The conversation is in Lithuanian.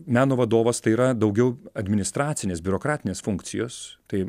meno vadovas tai yra daugiau administracinės biurokratinės funkcijos tai